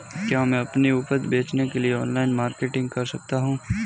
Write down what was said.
क्या मैं अपनी उपज बेचने के लिए ऑनलाइन मार्केटिंग कर सकता हूँ?